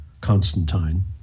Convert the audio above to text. Constantine